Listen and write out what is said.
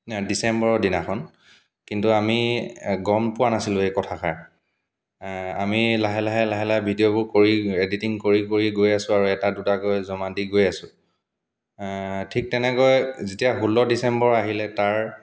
ডিচেম্বৰৰ দিনাখন কিন্তু আমি গম পোৱা নাছিলোঁ এই কথাষাৰ আমি লাহে লাহে লাহে লাহে ভিডিঅ'বোৰ কৰি এডিটিং কৰি কৰি গৈ আছোঁ আৰু এটা দুটাকৈ জমা দি গৈ আছোঁ ঠিক তেনেকৈ যেতিয়া ষোল্ল ডিচেম্বৰ আহিলে তাৰ